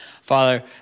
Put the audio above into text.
Father